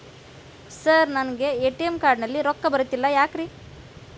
Sir ನನಗೆ ATM card ನಲ್ಲಿ ರೊಕ್ಕ ಬರತಿಲ್ಲ ಯಾಕ್ರೇ?